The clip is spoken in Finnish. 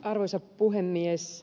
arvoisa puhemies